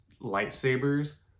lightsabers